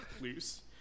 loose